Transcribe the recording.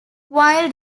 while